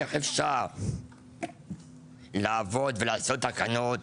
איך אפשר לעבוד ולעשות תקנות